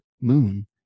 moon